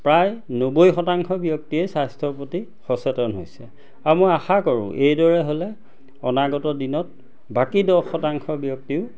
প্ৰায় নব্বৈ শতাংশ ব্যক্তিয়ে স্বাস্থ্যৰ প্ৰতি সচেতন হৈছে আৰু মই আশাকৰোঁ এইদৰে হ'লে অনাগত দিনত বাকী দহ শতাংশ ব্যক্তিও